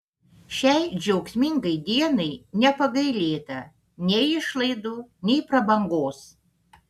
šiai džiaugsmingai dienai nepagailėta nei išlaidų nei prabangos